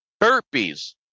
Burpees